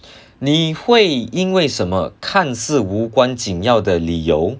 你会因为什么看是无关紧要的理由